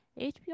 HBO